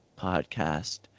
podcast